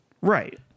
Right